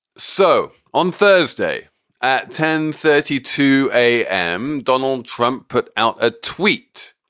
so on thursday at ten thirty two a m, donald trump put out a tweet,